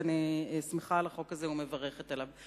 ואני שמחה על החוק הזה ומברכת עליו.